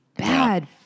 bad